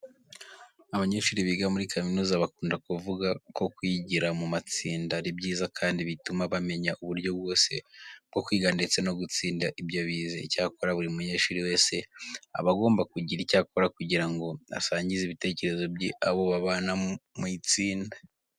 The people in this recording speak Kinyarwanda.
Abanyeshuri biga muri kaminuza bakunda kuvuga ko kwigira mu matsinda ari byiza kandi bituma bamenya uburyo bwose bwo kwiga ndetse no gutsinda ibyo bize. Icyakora buri munyeshuri wese aba agomba kugira icyo akora kugira ngo asangize ibitekerezo bye abo babana mu itsinda.